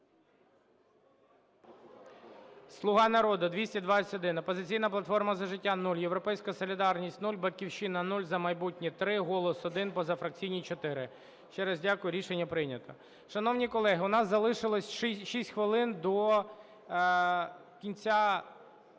"Слуга народу" – 221, "Опозиційна платформа - За життя" – 0, "Європейська солідарність" – 0, "Батьківщина" – 0, "За майбутнє" – 3, "Голос" – 1, позафракційні – 4. Ще раз дякую, рішення прийнято. Шановні колеги, у нас залишилося шість хвилин до кінця